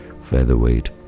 featherweight